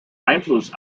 einfluss